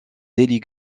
délit